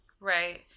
Right